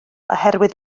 oherwydd